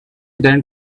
then